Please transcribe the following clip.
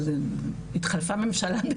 התחלפה ממשלה,